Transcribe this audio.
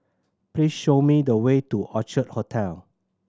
please show me the way to Orchid Hotel